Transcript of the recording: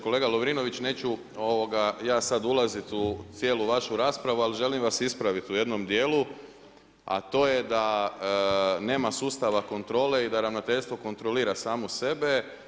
Kolega Lovrinović neću ja sad ulaziti u cijelu vašu raspravu, ali želim vas ispravit u jednom dijelu, a to je da nema sustava kontrole i da ravnateljstvo kontrolira samu sebe.